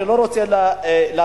אני לא רוצה להרחיב,